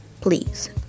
please